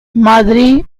madrid